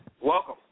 Welcome